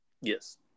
yes